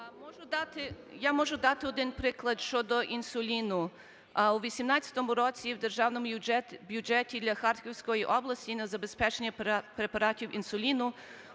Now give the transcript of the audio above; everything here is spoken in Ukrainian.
Я можу дати один приклад щодо інсуліну. У 18-му році в Державному бюджеті для Харківської області на забезпечення препаратів інсуліну